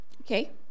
Okay